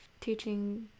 teaching